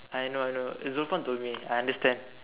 I know I know Zulfan told me I understand